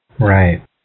Right